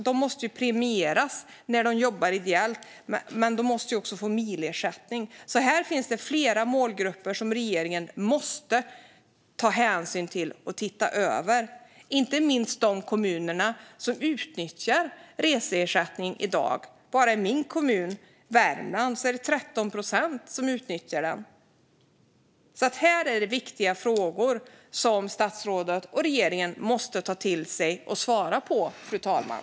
De måste ju premieras när de jobbar ideellt, och de måste också få milersättning. Här finns det alltså flera målgrupper som regeringen måste ta hänsyn till och titta över. Det gäller inte minst de kommuner där reseersättningen utnyttjas i dag; bara i min kommun i Värmland är det 13 procent som utnyttjar den. Detta är alltså viktiga frågor som statsrådet och regeringen måste ta till sig och svara på, fru talman.